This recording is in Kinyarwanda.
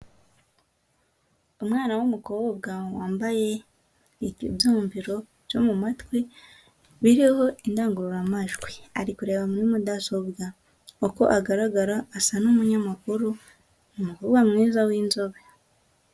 Umwana w'umukobwa wambaye ibyumviro byo mu matwi biriho indangururamajwi. Ari kureba muri mudasobwa, uko agaragara asa n'umunyamakuru, umukobwa mwiza w'inzobe.